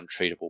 untreatable